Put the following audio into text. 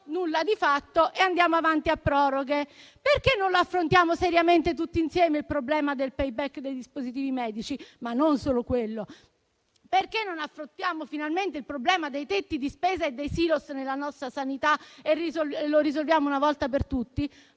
nulla di fatto e andiamo avanti a proroghe. Perché non affrontiamo seriamente tutti insieme il problema del *payback* dei dispositivi medici? Non solo quello: perché non affrontiamo finalmente il problema dei tetti di spesa e dei *silos* nella nostra sanità e lo risolviamo una volta per tutte?